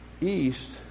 east